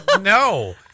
No